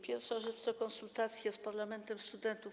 Pierwsza rzecz to konsultacje choćby z parlamentem studentów.